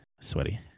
Sweaty